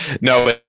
no